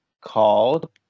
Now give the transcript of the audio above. called